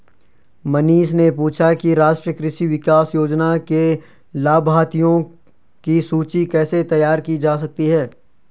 मनीष ने पूछा कि राष्ट्रीय कृषि विकास योजना के लाभाथियों की सूची कैसे तैयार की जा सकती है